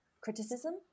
criticism